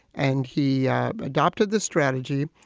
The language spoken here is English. and he adopted this strategy.